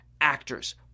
actors